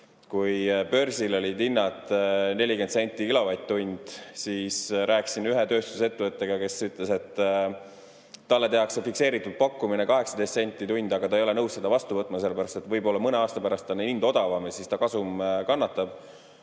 kui börsil olid hinnad 40 senti kilovatt-tund, ma rääkisin ühe tööstusettevõtte [juhiga], kes ütles, et talle tehakse fikseeritud pakkumine 18 senti kilovatt-tund, aga ta ei ole nõus seda vastu võtma, sellepärast et võib-olla mõne aasta pärast on hind odavam ja siis ta kasum kannatab.